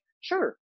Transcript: sure